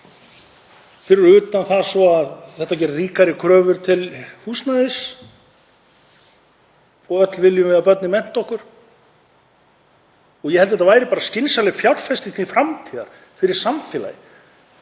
fyrir utan það svo að þetta gerir ríkari kröfur til húsnæðis og öll viljum við að börnin mennti sig. Ég held að þetta væri skynsamleg fjárfesting til framtíðar fyrir samfélagið.